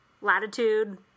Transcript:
latitude